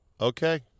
Okay